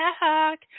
back